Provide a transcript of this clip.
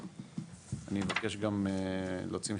ואני מבקש גם להוציא מכתב,